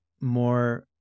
more